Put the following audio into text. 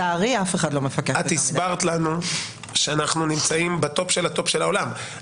את הסברת לנו שאנחנו נמצאים בטופ של הטופ של העולם.